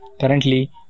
currently